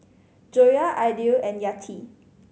Joyah Aidil and Yati